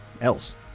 else